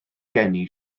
geni